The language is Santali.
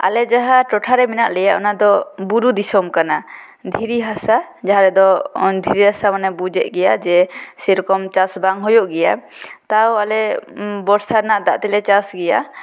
ᱟᱞᱮ ᱡᱟᱦᱟᱸ ᱴᱚᱴᱷᱟ ᱨᱮ ᱢᱮᱱᱟᱜ ᱞᱮᱭᱟ ᱚᱱᱟ ᱫᱚ ᱵᱩᱨᱩ ᱫᱤᱥᱚᱢ ᱠᱟᱱᱟ ᱫᱷᱤᱨᱤ ᱦᱟᱥᱟ ᱡᱟᱦᱟᱸ ᱫᱚ ᱫᱷᱤᱨᱤ ᱦᱟᱥᱟ ᱢᱟᱱᱮ ᱵᱩᱡᱮᱫ ᱜᱮᱭᱟ ᱡᱮ ᱥᱮᱨᱚᱠᱚᱢ ᱪᱟᱥ ᱵᱟᱝ ᱦᱩᱭᱩᱜ ᱜᱮᱭᱟ ᱛᱟᱣ ᱟᱞᱮ ᱵᱚᱨᱥᱟ ᱨᱮᱱᱟᱜ ᱫᱟᱜ ᱛᱮᱞᱮ ᱪᱟᱥ ᱜᱮᱭᱟ